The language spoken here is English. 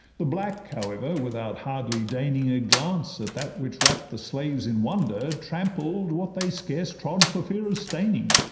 the black, however, without hardly deigning a glance at that which wrapt the slaves in wonder, trampled what they scarce trod for fear of staining,